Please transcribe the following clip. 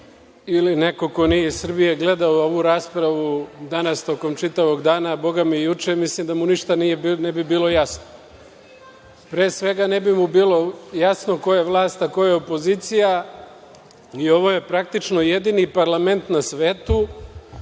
ili neko ko nije iz Srbije gledao ovu raspravu danas tokom čitavog dana, a, Boga mi, i juče, mislim da mu ništa ne bi bilo jasno. Pre svega, ne bi mu bilo jasno ko je vlast, a ko je opozicija, i ovo je praktično jedini parlament na svetu